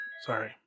Sorry